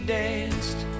danced